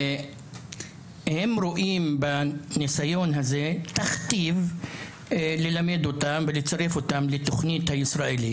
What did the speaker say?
הם רואים בניסיון הזה תכתיב ללמד אותם ולצרף אותם לתכנית הישראלית,